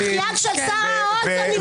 -- אחיין של שרה --- נמצא שם.